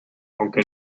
aunque